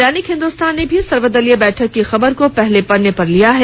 दैनिक हिन्दुस्तान ने भी सर्वदलीय बैठक की खबर को पहले पन्ने पर लिया है